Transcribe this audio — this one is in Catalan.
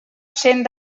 cent